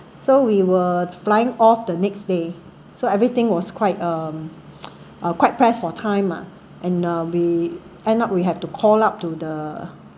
so we were flying off the next day so everything was quite um uh quite pressed for time ah and uh we end up we have to call up to the